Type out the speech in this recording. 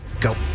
Go